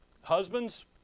Husbands